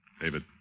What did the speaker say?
David